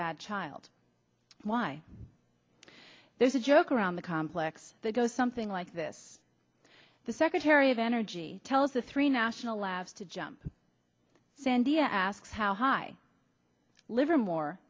bad child why there's a joke around the complex that goes something like this the secretary of energy tells the three national labs to jump sandy asks how high livermore